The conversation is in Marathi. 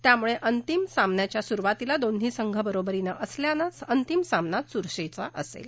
त्यामुळे अंतिम सामन्याच्या सुरुवातीला दोन्ही संघ बरोबरीत असल्यामुळे अंतिम सामना चुरशीचा असेल